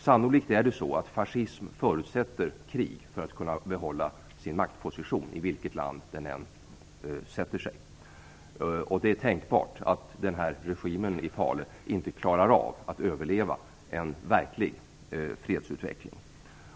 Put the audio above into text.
Sannolikt är det så att fascismen förutsätter krig för att kunna behålla en maktposition i vilket land den än finns. Det är tänkbart att regimen i Pale inte kommer att överleva en verklig fredsutveckling.